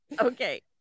Okay